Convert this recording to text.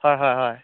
হয় হয় হয়